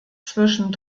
zwischen